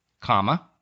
comma